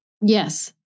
Yes